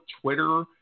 Twitter